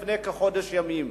לפני כחודש ימים,